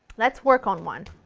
let's work on one.